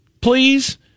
please